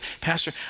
Pastor